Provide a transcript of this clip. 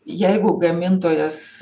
jeigu gamintojas